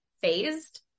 phased